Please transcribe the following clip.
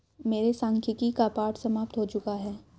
मेरे सांख्यिकी का पाठ समाप्त हो चुका है